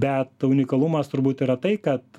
bet unikalumas turbūt yra tai kad